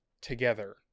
together